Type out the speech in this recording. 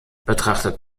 betrachtet